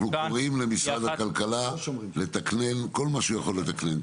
אנחנו קוראים למשרד הכלכלה לתקנן כל מה שהוא יכול לתקנן,